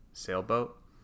sailboat